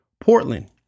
Portland